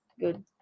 Good